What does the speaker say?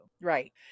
Right